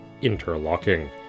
interlocking